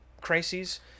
crises